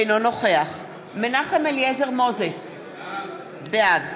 אינו נוכח מנחם אליעזר מוזס, בעד